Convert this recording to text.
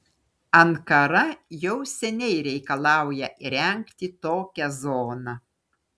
ankara jau seniai reikalauja įrengti tokią zoną